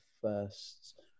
first